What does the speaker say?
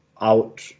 out